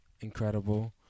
incredible